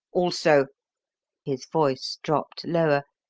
also his voice dropped lower,